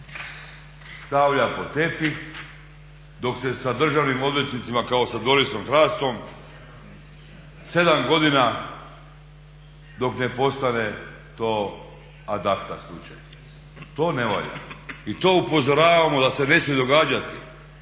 stavlja pod tepih, dok se sa državnim odvjetnicima kao sa …/Govornik se ne razumije./… sedam godina dok ne postane to ad acta slučaj. To ne valja. I to upozoravamo da se ne smije događati,